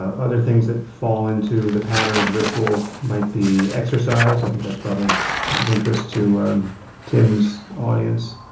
ah other things that fall into the pattern of ritual might be exercise. i think that's probably of interest to tim's audience,